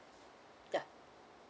ya